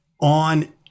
on